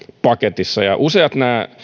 paketissa useat